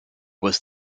was